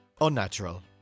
Unnatural